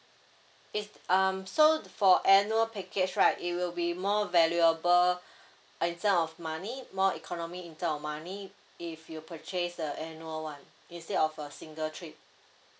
it's um so for annual package right it will be more valuable in term of money more economy in term of money if you purchase the annual one instead of a single trip